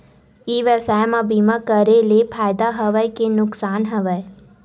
ई व्यवसाय म बीमा करे ले फ़ायदा हवय के नुकसान हवय?